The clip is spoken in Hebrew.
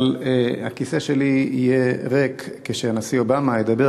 אבל הכיסא שלי יהיה ריק כשהנשיא אובמה ידבר,